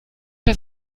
das